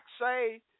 say